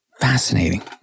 Fascinating